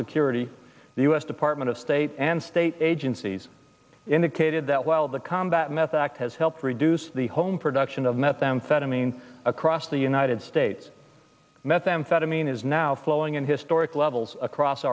security the u s department of state and state agencies indicated that while the combat meth act has helped reduce the home production of methamphetamine across the united states methamphetamine is now flowing in historic levels across